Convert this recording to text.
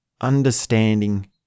understanding